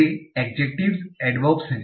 वे adjectives adverbs हैं